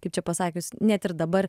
kaip čia pasakius net ir dabar